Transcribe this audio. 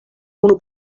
unu